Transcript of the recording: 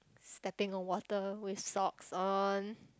stepping on water with socks on